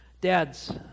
Dads